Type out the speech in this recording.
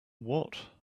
what